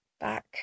back